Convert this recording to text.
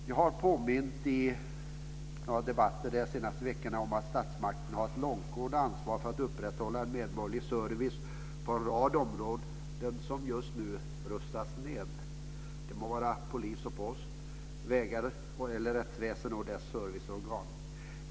Jag har under de senaste veckorna i debatter påmint om att statsmakterna har ett långtgående ansvar för att upprätthålla medborgerlig service på en rad områden som just nu rustas ned. Det må vara polis, post, vägar, rättsväsende och dess serviceorgan.